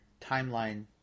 timeline